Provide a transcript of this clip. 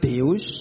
Deus